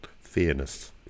fairness